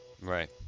Right